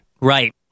Right